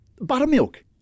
buttermilk